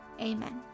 Amen